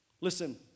Listen